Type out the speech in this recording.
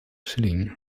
schilling